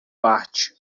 parte